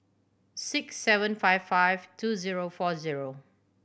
six seven five five two zero four zero